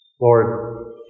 Lord